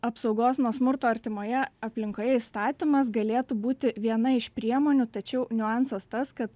apsaugos nuo smurto artimoje aplinkoje įstatymas galėtų būti viena iš priemonių tačiau niuansas tas kad